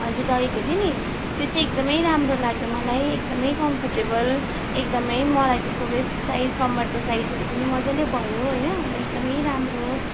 हजुर लगेको थिएँ नि त्यो चाहिँ एकदमै राम्रो लाग्यो मलाई एकदमै कम्फोर्टेबल एकदमै मलाई त्यसको वेस्ट साइज कम्मरको साइजहरू पनि मज्जाले भयो होइन अब एकदमै राम्रो